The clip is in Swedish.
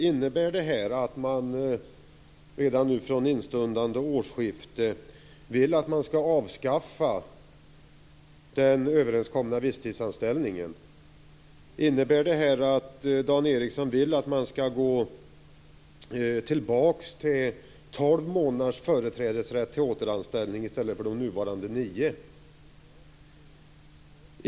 Innebär detta att ni redan från instundande årsskifte vill avskaffa den överenskomna visstidsanställningen? Innebär detta att Dan Ericsson vill gå tillbaka till tolv månaders företrädesrätt till återanställning i stället för de nuvarande nio?